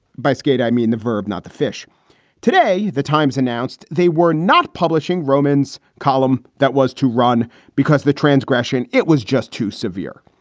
by skate, i mean the verb, not the fish today, the times announced they were not publishing roman's column. that was to run because the transgression. it was just too severe.